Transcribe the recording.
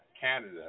Canada